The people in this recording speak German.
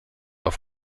auf